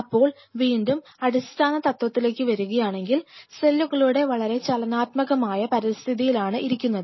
അപ്പോൾ വീണ്ടും അടിസ്ഥാനതത്വത്തിലേക്ക് വരികയാണെങ്കിൽ സെല്ലുകൾ വളരെ ചലനാത്മകമായ പരിസ്ഥിതിയിലാണ് ഇരിക്കുന്നത്